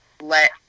let